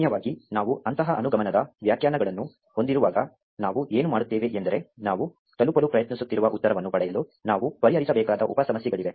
ಸಾಮಾನ್ಯವಾಗಿ ನಾವು ಅಂತಹ ಅನುಗಮನದ ವ್ಯಾಖ್ಯಾನಗಳನ್ನು ಹೊಂದಿರುವಾಗ ನಾವು ಏನು ಮಾಡುತ್ತೇವೆ ಎಂದರೆ ನಾವು ತಲುಪಲು ಪ್ರಯತ್ನಿಸುತ್ತಿರುವ ಉತ್ತರವನ್ನು ಪಡೆಯಲು ನಾವು ಪರಿಹರಿಸಬೇಕಾದ ಉಪ ಸಮಸ್ಯೆಗಳಿವೆ